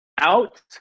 Out